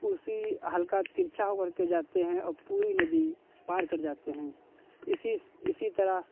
उसी हल्का तिरछा होकर के जाते हैं औ पूरी नदी पार कर जाते हैं इसी इसी तरह